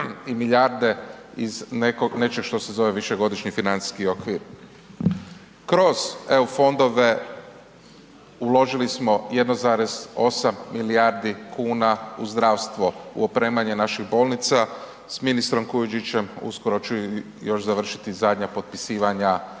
i milijarde iz nečeg što se zove višegodišnji financijski okvir. Kroz EU fondove uložili smo 1,8 milijardi kuna u zdravstvo, u opremanje naših bolnica, s ministrom Kujundžićem uskoro ću još završiti zadnja potpisivanja